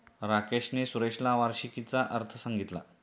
राकेशने सुरेशला वार्षिकीचा अर्थ सांगितला